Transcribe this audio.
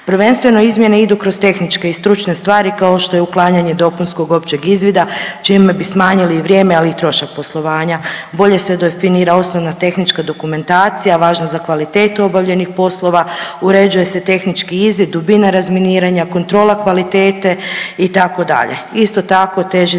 Prvenstveno izmjene idu kroz tehničke i stručne stvari kao što je uklanjanje dopunskog općeg izvida, čime bi smanjili vrijeme, ali i trošak poslovanja. Bolje se definira osnovna tehnička dokumentacija važna za kvalitetu obavljenih poslova, uređuje se tehnički izvid, dubina razminiranja, kontrola kvalitete, itd. Isto tako, teži se